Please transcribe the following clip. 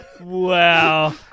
Wow